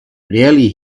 really